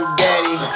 daddy